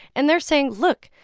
and they're saying, look,